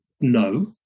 no